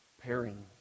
pairing